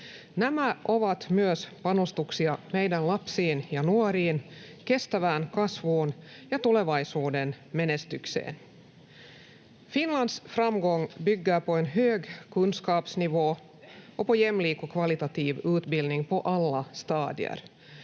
Nämä ovat myös panostuksia meidän lapsiin ja nuoriin, kestävään kasvuun ja tulevaisuuden menestykseen. Finlands framgång bygger på en hög kunskapsnivå och på jämlik och kvalitativ utbildning på alla stadier.